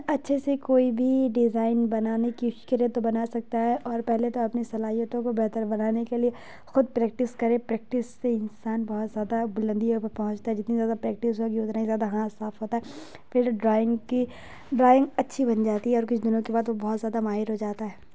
اچھے سے کوئی بھی ڈیزائن بنانے کی کرے تو بنا سکتا ہے اور پہلے تو اپنی صلاحیتوں کو بہتر بنانے کے لیے خود پریکٹس کرے پریکٹس سے انسان بہت زیادہ بلندیوں پر پہنچتا ہے جتنی زیادہ پریکٹس ہوگی اتنا ہی زیادہ ہاتھ صاف ہوتا ہے پھر ڈرائنگ کی ڈرائنگ اچھی بن جاتی ہے اور کچھ دنوں کے بعد وہ بہت زیادہ ماہر ہو جاتا ہے